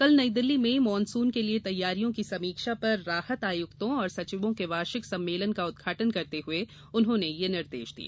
कल नई दिल्ली में मानसून के लिए तैयारियों की समीक्षा पर राहत आयुक्तों और सचिवों के वार्षिक सम्मेलन का उद्घाटन करते हुए उन्होंने ये निर्देश दिए